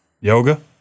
Yoga